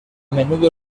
menudo